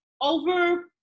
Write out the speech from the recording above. over